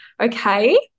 okay